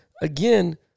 again